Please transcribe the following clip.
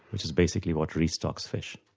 which is basically what restocks fish.